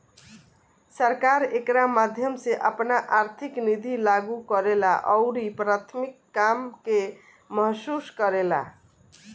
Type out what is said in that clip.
सरकार एकरा माध्यम से आपन आर्थिक निति लागू करेला अउरी प्राथमिक काम के महसूस करेला